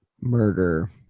Murder